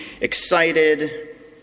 excited